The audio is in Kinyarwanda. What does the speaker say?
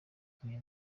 ikwiye